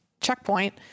checkpoint